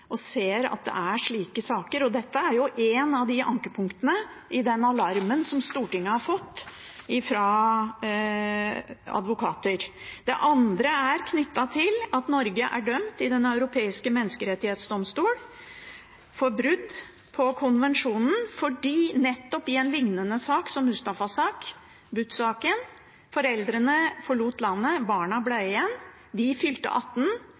og ser at det er slike saker. Dette er ett av ankepunktene i den alarmen Stortinget har fått fra advokater. Det andre er knyttet til at Norge er dømt i Den europeiske menneskerettsdomstol for brudd på konvensjonen, nettopp i en lignende sak som Mustafas sak, Butt-saken. Foreldrene forlot landet, barna ble igjen. De fylte 18,